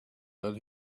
that